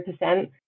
percent